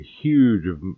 huge